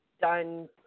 done